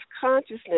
consciousness